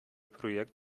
projekt